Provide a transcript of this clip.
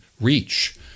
reach